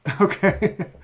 Okay